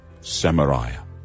Samaria